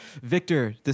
Victor